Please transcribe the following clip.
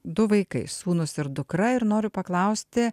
du vaikai sūnus ir dukra ir noriu paklausti